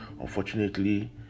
Unfortunately